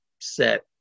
set